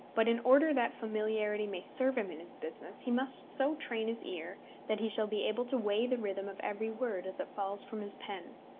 but in order that familiarity may serve him in his business, he must so train his ear that he shall be able to weigh the rhythm of every word as it falls from his pen.